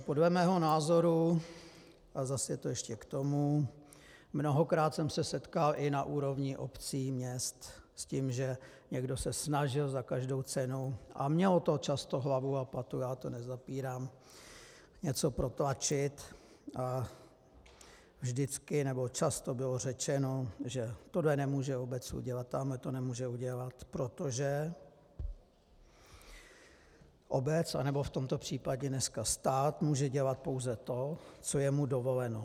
Podle mého názoru, a zase je to ještě k tomu, mnohokrát jsem se setkal i na úrovni obcí, měst s tím, že někdo se snažil za každou cenu, a mělo to často hlavu a patu, já to nezapírám, něco protlačit, a vždycky, nebo často bylo řečeno, že tohle nemůže obec udělat, tamto nemůže udělat, protože obec, a nebo v tomto případě dneska stát může dělat pouze to, co je mu dovoleno.